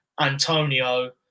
Antonio